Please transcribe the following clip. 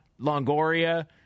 Longoria –